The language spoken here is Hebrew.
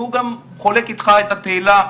והוא גם חולק איתך את התהילה,